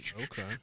Okay